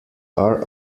are